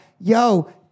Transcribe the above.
yo